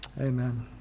Amen